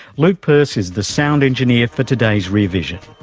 luke purse is the sound engineer for today's rear vision.